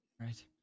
Right